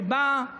שבה,